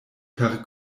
per